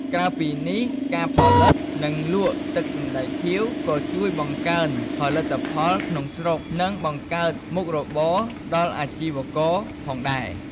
ក្រៅពីនេះ ការផលិត និងលក់ទឹកសណ្ដែកខៀវ ក៏ជួយបង្កើនផលិតផលក្នុងស្រុក និងបង្កើតមុខរបរដល់អាជីវករផងដែរ។